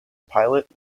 pilot